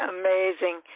amazing